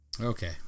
Okay